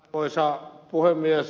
arvoisa puhemies